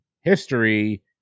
history